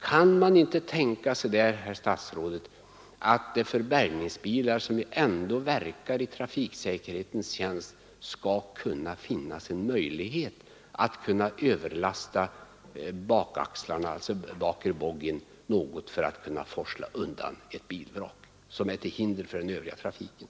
Kan man inte tänka sig, herr statsråd, att det för bärgningsbilar, som ändå verkar i trafiksäkerhetens tjänst, skall finnas möjlighet att överlasta bakre boggien något för att kunna forsla undan ett bilvrak som är till hinder för den övriga trafiken?